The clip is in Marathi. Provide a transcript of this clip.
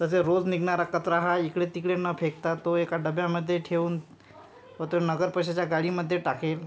तसे रोज निघणारा कचरा हा इकडे तिकडे न फेकता तो एका डब्यामध्ये ठेऊन व तो नगरपरिषदेच्या गाडीमध्ये टाकेल